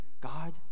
God